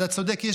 אתה צודק.